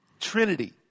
trinity